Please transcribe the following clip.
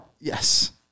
Yes